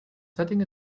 setting